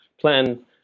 plan